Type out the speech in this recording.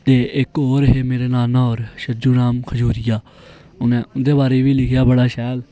ते इक और है मेरे नाना और छजु राम खयोरिया उनें उंदे बारे च बी लिखेआ बड़ा शैल